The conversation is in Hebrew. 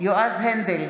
יועז הנדל,